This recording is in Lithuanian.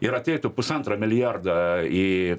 ir ateitų pusantra milijarda į